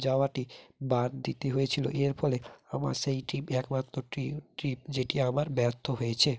যাওয়াটি বাদ দিতে হয়েছিল এর ফলে আমার সেইটি একমাত্র ট্রি ট্রিপ যেটি আমার ব্যর্থ হয়েছে